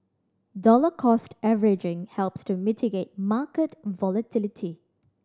dollar cost averaging helps to mitigate market volatility